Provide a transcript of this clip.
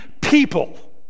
people